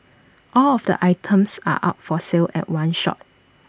all of the items are up for sale at one shot